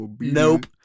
nope